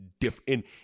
different